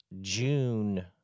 June